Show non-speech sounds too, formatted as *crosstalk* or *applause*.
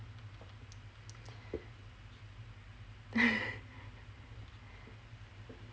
*laughs*